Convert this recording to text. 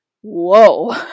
whoa